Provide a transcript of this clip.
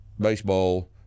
baseball